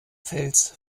fels